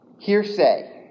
Hearsay